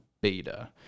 beta